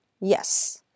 Yes